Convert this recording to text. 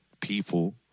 people